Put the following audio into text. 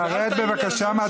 אני מבקש ממך לרדת עכשיו.